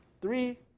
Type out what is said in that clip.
three